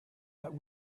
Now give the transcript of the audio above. but